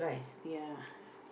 ya